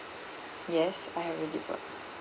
yes I have already bought